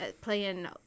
Playing